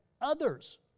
others